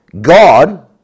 God